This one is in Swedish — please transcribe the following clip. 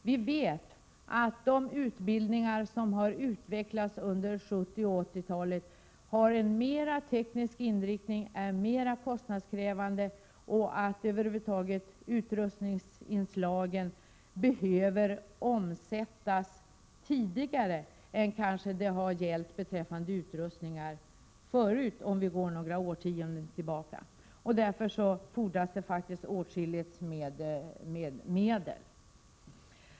Vi vet att de utbildningar som har utvecklats under 1970 och 1980-talen har en mera teknisk inriktning och är mera kostnadskrävande samt att utrustningsanslagen över huvud taget behöver omsättas tidigare än vad som har gällt beträffande utrustningar de senaste årtiondena. Därför fordras det åtskilligt med medel.